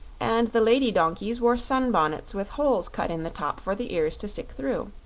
and the lady-donkeys wore sunbonnets with holes cut in the top for the ears to stick through.